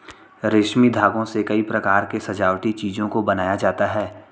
रेशमी धागों से कई प्रकार के सजावटी चीजों को बनाया जाता है